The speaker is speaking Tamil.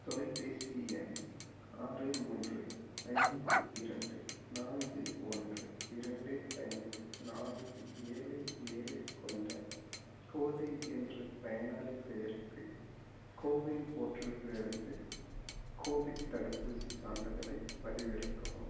தொலைப்பேசி எண் ஆறு மூன்று ஐந்து இரண்டு நான்கு ஒன்று இரண்டு ஐந்து நான்கு ஏலு ஏலு கொண்ட கோதை என்ற பயனாளிப் பெயருக்கு கோவின் போர்ட்டலில் இருந்து கோவிட் தடுப்பூசி சான்றிதழை பதிவிறக்கவும்